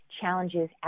challenges